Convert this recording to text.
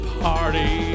party